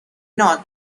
not